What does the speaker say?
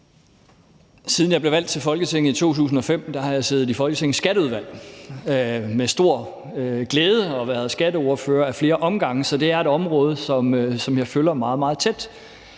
Siden jeg blev valgt til Folketinget i 2005, har jeg med stor glæde siddet i Folketingets Skatteudvalg og været skatteordfører ad flere omgange, så det er et område, som jeg følger meget, meget tæt.